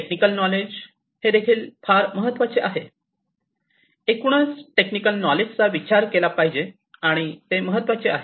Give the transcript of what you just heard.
technical knowledge हे फार महत्त्वाचे आहे एकूणच टेक्निकल नॉलेज चा विचार केला पाहिजे आणि हे फार महत्त्वाचे आहे